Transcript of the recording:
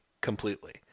Completely